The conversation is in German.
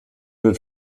wird